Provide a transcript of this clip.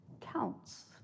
counts